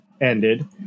ended